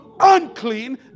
unclean